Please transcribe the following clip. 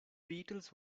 beatles